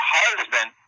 husband